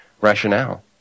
rationale